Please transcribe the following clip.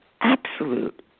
absolute